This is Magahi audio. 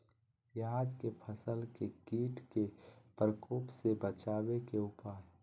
प्याज के फसल के कीट के प्रकोप से बचावे के उपाय?